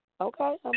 Okay